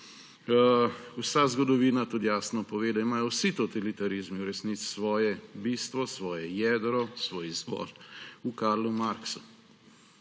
Vsa zgodovina tudi jasno pove, da imajo vsi totalitarizmi v resnici svoje bistvo, svoje jedro, svoj izvor v Karlu Marxu,